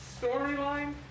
storyline